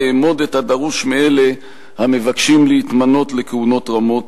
לאמוד את הדרוש מאלה המבקשים להתמנות לכהונות רמות